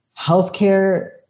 Healthcare